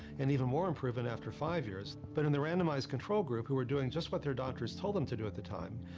and even more improvement after five years. but in the randomized control group, who were doing just what their doctors told them to do at the time,